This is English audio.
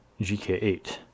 GK8